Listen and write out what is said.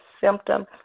symptom